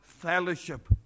fellowship